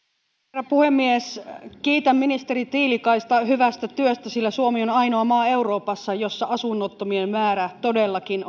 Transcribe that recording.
herra puhemies kiitän ministeri tiilikaista hyvästä työstä sillä suomi on ainoa maa euroopassa jossa asunnottomien määrä todellakin